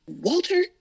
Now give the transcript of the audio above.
Walter